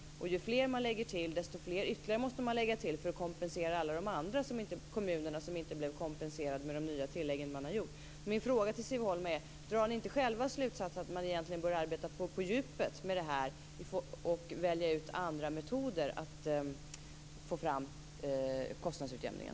Ju fler man lägger till, desto fler ytterligare måste man lägga till för att kompensera alla de andra kommunerna som inte blev kompenserade med de nya tilläggen man gjort. Min fråga till Siv Holma är: Drar ni inte själva slutsatsen att man egentligen bör arbeta på djupet med det här och välja ut andra metoder för att få fram kostnadsutjämningen?